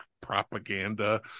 propaganda